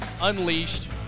Unleashed